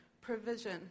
provision